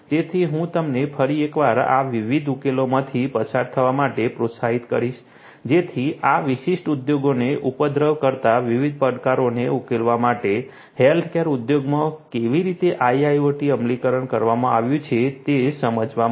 તેથી હું તમને ફરી એકવાર આ વિવિધ ઉકેલોમાંથી પસાર થવા માટે પ્રોત્સાહિત કરીશ જેથી આ વિશિષ્ટ ઉદ્યોગને ઉપદ્રવ કરતા વિવિધ પડકારોને ઉકેલવા માટે હેલ્થકેર ઉદ્યોગમાં કેવી રીતે IIoT અમલીકરણ કરવામાં આવ્યું છે તે સમજવા માટે